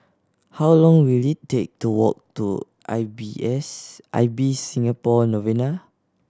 how long will it take to walk to I B S I B Singapore Novena